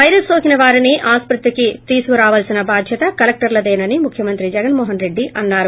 virus సోకిన వారిని ఆస్పత్రికి తీసుకురావాల్సిన బాధ్యత కలెక్లర్లదేనని ముఖ్యమంత్రి జగన్ మోహన్ రెడ్డి అన్నారు